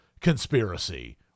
conspiracy